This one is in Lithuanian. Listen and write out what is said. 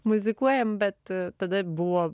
muzikuojam bet tada buvo